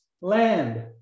land